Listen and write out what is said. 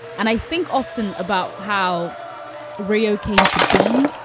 and i think often about how radio came to be